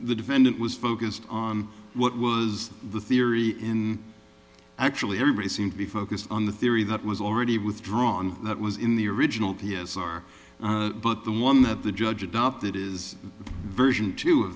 the defendant was focused on what was the theory in actually everybody seemed to be focused on the theory that was already withdrawn that was in the original t s r but the one that the judge adopted is version t